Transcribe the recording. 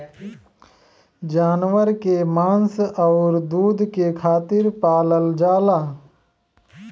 जानवर के मांस आउर दूध के खातिर पालल जाला